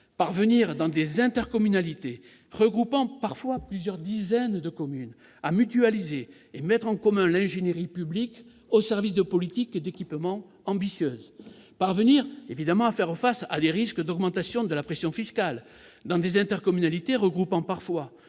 parvenir, dans des intercommunalités regroupant parfois plusieurs dizaines de communes, à mutualiser l'ingénierie publique au service de politiques d'équipement ambitieuses. Il s'agit ensuite de faire face aux risques d'augmentation de la pression fiscale dans des intercommunalités regroupant parfois